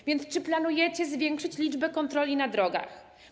A więc czy planujecie zwiększyć liczbę kontroli na drogach?